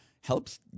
helps